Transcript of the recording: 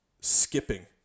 skipping